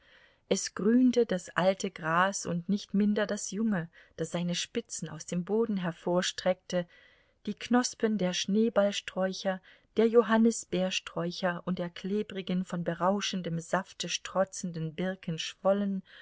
es grünte das alte gras und nicht minder das junge das seine spitzen aus dem boden hervorstreckte die knospen der schneeballsträucher der johannisbeersträucher und der klebrigen von berauschendem safte strotzenden birken schwollen